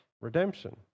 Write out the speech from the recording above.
redemption